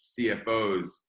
CFOs